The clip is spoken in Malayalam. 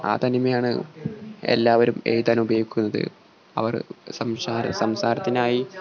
ആ തനിമയാണ് എല്ലാവരും എഴുതാനുപയോഗിക്കുന്നത് അവർ സംസാര സംസാരത്തിനായി